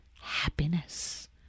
happiness